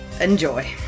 enjoy